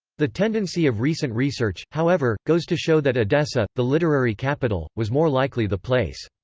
the tendency of recent research, however, goes to show that edessa, the literary capital, was more likely the place.